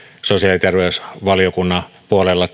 sosiaali ja terveysvaliokunnan puolella